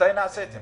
מתי נעשה את זה?